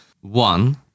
one